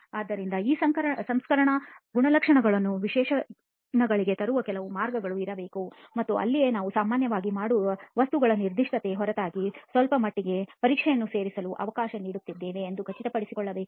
ಆದ್ದರಿಂದ ಈ ಸಂಸ್ಕರಣಾ ಗುಣಲಕ್ಷಣಗಳನ್ನು ವಿಶೇಷಣಗಳಿಗೆ ತರುವ ಕೆಲವು ಮಾರ್ಗಗಳು ಇರಬೇಕು ಮತ್ತು ಅಲ್ಲಿಯೇ ನಾವು ಸಾಮಾನ್ಯವಾಗಿ ಮಾಡುವ ವಸ್ತುಗಳ ನಿರ್ದಿಷ್ಟತೆಯ ಹೊರತಾಗಿ ಸ್ವಲ್ಪ ಮಟ್ಟಿನ ಪರೀಕ್ಷೆಯನ್ನು ಸೇರಿಸಲು ಅವಕಾಶ ನೀಡುತ್ತಿದ್ದೇವೆ ಎಂದು ಖಚಿತಪಡಿಸಿಕೊಳ್ಳಬೇಕು